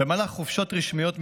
במהלך חופשות רשמיות מלימודים,